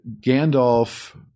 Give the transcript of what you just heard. Gandalf